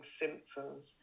symptoms